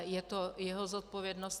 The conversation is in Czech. Je to jeho zodpovědnost.